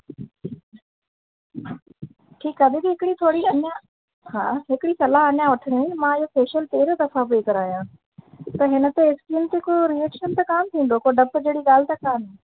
ठीकु आहे दीदी हिकिड़ी थोरी अञा हा हिकिड़ी सलाह अञा वठिणी मां इहो फेशियल पहिरें दफ़ा थी कराया त हिन ते स्किन ते को रिएक्शन त कोन्ह थींदो को ॾप जहिड़ी ॻाल्हि न कोन्ह